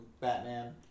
Batman